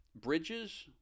bridges